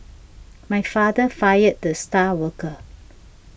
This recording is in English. my father fired the star worker